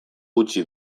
utzi